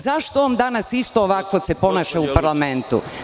Zašto se on danas isto ovako ponaša u parlamentu?